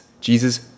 Jesus